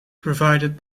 provided